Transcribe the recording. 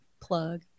plug